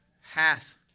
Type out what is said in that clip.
hath